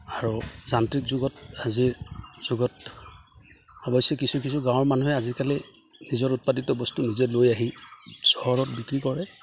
আৰু যান্ত্ৰিক যুগত আজিৰ যুগত অৱশ্যে কিছু কিছু গাঁৱৰ মানুহে আজিকালি নিজৰ উৎপাদিত বস্তু নিজে লৈ আহি চহৰত বিক্ৰী কৰে